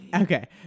Okay